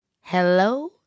Hello